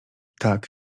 tak